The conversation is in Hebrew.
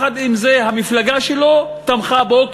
ויחד עם זה המפלגה שלו תמכה בו,